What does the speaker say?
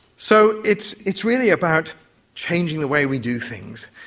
so it's it's really about changing the way we do things.